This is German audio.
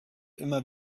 immer